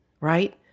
right